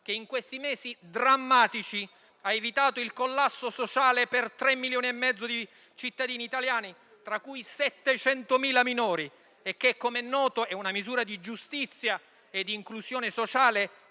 che in questi mesi drammatici ha evitato il collasso sociale per 3,5 milioni di cittadini italiani, tra cui 700.000 minori, e che, come noto, è una misura di giustizia e di inclusione sociale